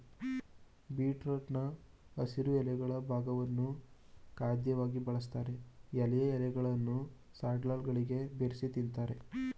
ಬೀಟ್ರೂಟ್ನ ಹಸಿರು ಎಲೆಗಳ ಭಾಗವನ್ನು ಖಾದ್ಯವಾಗಿ ಬಳಸ್ತಾರೆ ಎಳೆಯ ಎಲೆಗಳನ್ನು ಸಲಾಡ್ಗಳಿಗೆ ಸೇರ್ಸಿ ತಿಂತಾರೆ